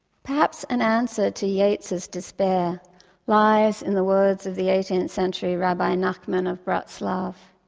perhaps an answer to yeats's despair lies in the words of the eighteenth century rabbi nachman of bratslav.